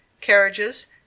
carriages